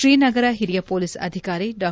ಶ್ರೀನಗರ ಹಿರಿಯ ಪೊಲೀಸ್ ಅಧಿಕಾರಿ ಡಾ